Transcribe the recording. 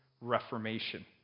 Reformation